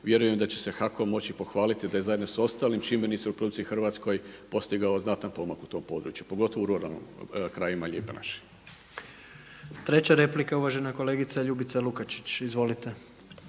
vjerujem da će se HAKOM moći pohvaliti da je zajedno sa ostalim čimbenicima u RH postigao znatan pomak u tom području, pogotovo u ruralnim krajevima lijepe naše. **Jandroković, Gordan (HDZ)** Treća replika uvažena kolegica Ljubica Lukačić. Izvolite.